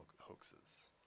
hoaxes